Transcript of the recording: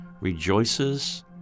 rejoices